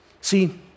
See